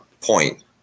point